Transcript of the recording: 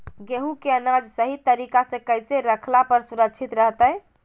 गेहूं के अनाज सही तरीका से कैसे रखला पर सुरक्षित रहतय?